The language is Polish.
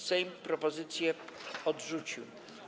Sejm propozycję odrzucił.